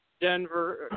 Denver